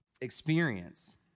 experience